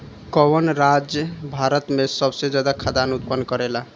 कवन राज्य भारत में सबसे ज्यादा खाद्यान उत्पन्न करेला?